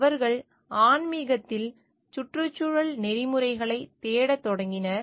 அவர்கள் ஆன்மீகத்தில் சுற்றுச்சூழல் நெறிமுறைகளைத் தேடத் தொடங்கினர்